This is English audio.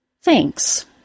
Thanks